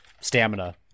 stamina